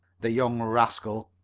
the young rascal,